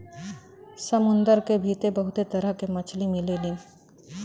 समुंदर के भीतर बहुते तरह के मछली मिलेलीन